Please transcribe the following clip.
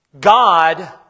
God